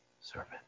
servant